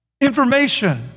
information